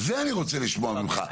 זה אני רוצה לשמוע ממך,